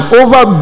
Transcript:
over